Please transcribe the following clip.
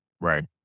Right